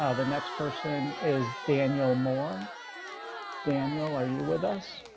ah the next person is daniel more daniel. are you with us.